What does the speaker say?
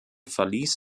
verließ